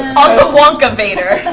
on the wonkavator,